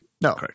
No